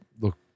look